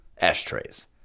ashtrays